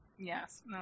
Yes